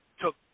took